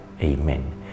Amen